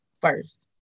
first